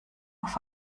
auf